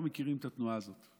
לא מכירים את התנועה הזאת.